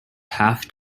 half